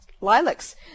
lilacs